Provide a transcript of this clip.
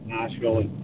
Nashville